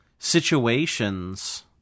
situations